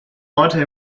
orte